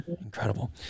Incredible